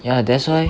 ya that's why